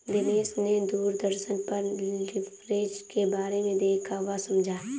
दिनेश ने दूरदर्शन पर लिवरेज के बारे में देखा वह समझा